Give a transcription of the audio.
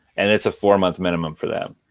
and it's a four-month minimum for them.